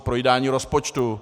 Projídání rozpočtu?